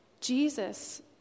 Jesus